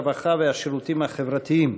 הרווחה והשירותים החברתיים